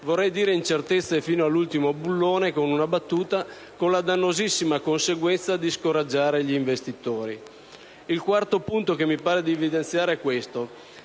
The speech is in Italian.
vorrei dire incertezze fino all'ultimo bullone, con una battuta - con la dannosissima conseguenza di scoraggiare gli investitori. Il quarto punto da evidenziare è il